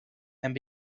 and